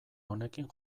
honekin